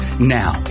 Now